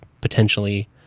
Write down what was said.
potentially